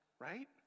right